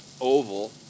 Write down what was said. oval